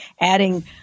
adding